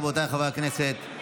רבותיי חברי הכנסת,